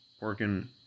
working